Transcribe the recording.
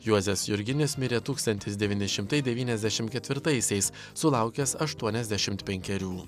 juozas jurginis mirė tūkstantis devyni šimtai devyniasdešimt ketvirtaisiais sulaukęs aštuoniasdešimt penkerių